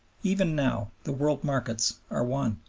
even now, the world markets are one.